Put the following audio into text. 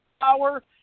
power